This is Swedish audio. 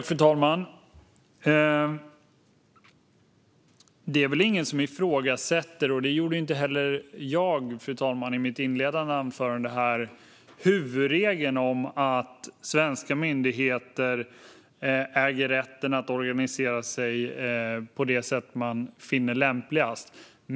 Fru talman! Det är väl ingen som ifrågasätter huvudregeln att svenska myndigheter äger rätten att organisera sig på det sätt de finner lämpligast, och det gjorde jag inte heller i mitt inledande anförande.